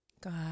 God